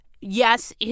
yes